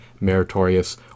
meritorious